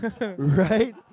right